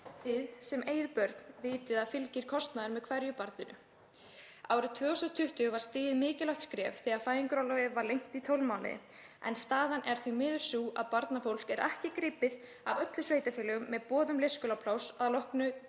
Þið sem eigið börn vitið að það fylgir kostnaður hverju barni. Árið 2020 var stigið mikilvægt skref þegar fæðingarorlofið var lengt í 12 mánuði en staðan er því miður sú að barnafólk er ekki gripið af öllum sveitarfélögum með boð um leikskólapláss að loknu